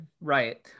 Right